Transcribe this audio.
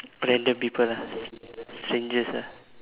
random people ah s~ strangers ah